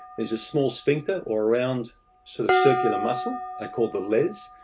there's a small sphincter, or round sort of circular muscle, i call the les,